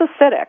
acidic